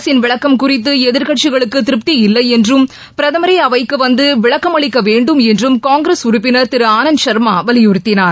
அரசின் விளக்கம் குறித்து எதிர்க்கட்சிகளுக்கு திருப்தி இல்லையென்றும் பிரதமரே அவைக்கு வந்து விளக்கம் அளிக்க வேண்டும் என்றும் காங்கிரஸ் உறுப்பினர் திரு ஆனந்த் ஷர்மா வலியுறுத்தினார்